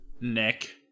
Nick